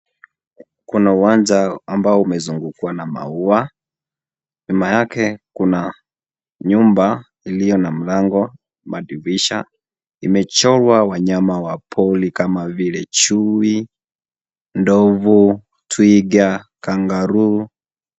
Kuna uwanja ambao umezingirwa na maua. Nyuma yake kuna nyumba iliyo na mlango na madirisha. Umechorwa wanyama wa pori kama vile chui, Ndovu, Twiga, Kangaruu.